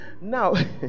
Now